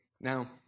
Now